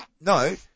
No